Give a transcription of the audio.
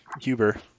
Huber